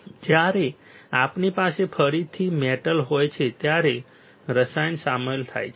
જ્યારે આપણી પાસે ફરીથી મેટલ હોય છે ત્યારે રસાયણ સામેલ થાય છે